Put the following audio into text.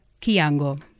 Kiango